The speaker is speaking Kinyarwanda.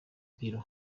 bureau